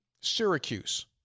Syracuse